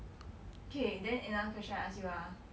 k then another question I ask you ah